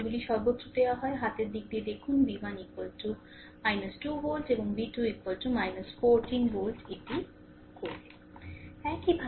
উত্তরগুলি সর্বত্র দেওয়া হয় হাতের দিক দিয়ে দেখুন v1 2 ভোল্ট এবং v2 14 ভোল্ট এটি করবে